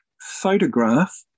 photograph